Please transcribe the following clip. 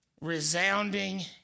resounding